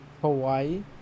Hawaii